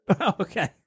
Okay